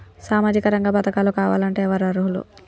సామాజిక రంగ పథకాలు కావాలంటే ఎవరు అర్హులు?